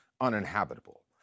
uninhabitable